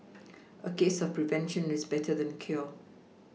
a case of prevention is better than cure